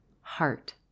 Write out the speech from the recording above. heart